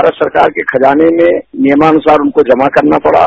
भारत सरकार के खजाने में नियमानुसार उनको जमा करना पड़ा